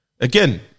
again